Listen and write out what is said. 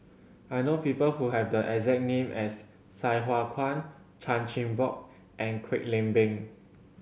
I know people who have the exact name as Sai Hua Kuan Chan Chin Bock and Kwek Leng Beng